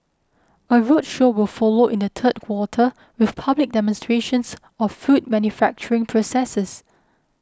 a roadshow will follow in the third quarter with public demonstrations of food manufacturing processes